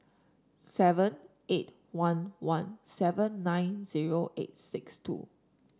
seven eight one one seven nine zero eight six two